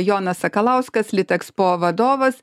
jonas sakalauskas litexpo vadovas